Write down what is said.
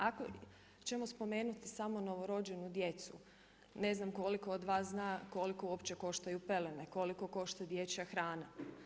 Ako ćemo spomenuti samo novorođenu djecu, ne znam koliko od vas zna koliko uopće koštaju pelene, koliko košta dječja hrana.